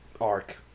arc